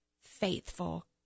faithful